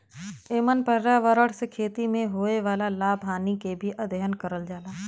एमन पर्यावरण से खेती में होए वाला लाभ हानि के भी अध्ययन करल जाला